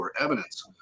evidence